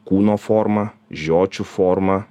kūno formą žiočių formą